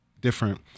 different